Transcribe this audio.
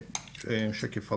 (שקף: